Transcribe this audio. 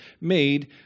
made